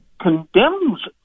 condemns